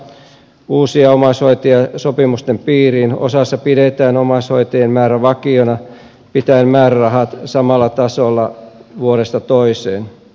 osassa kuntia otetaan uusia omaishoitajia sopimusten piirin osassa pidetään omaishoitajien määrä vakiona pitäen määrärahat samalla tasolla vuodesta toiseen